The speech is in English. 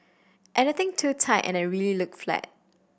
anything too tight and I look really flat